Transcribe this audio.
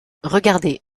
regardez